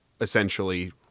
essentially